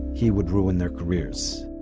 he would ruin their careers